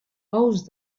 ous